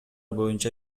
боюнча